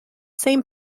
same